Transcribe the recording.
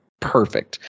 perfect